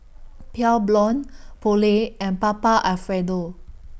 Pure Blonde Poulet and Papa Alfredo